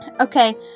Okay